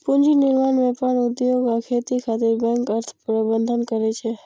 पूंजी निर्माण, व्यापार, उद्योग आ खेती खातिर बैंक अर्थ प्रबंधन करै छै